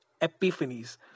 epiphanies